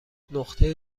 نقطه